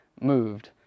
moved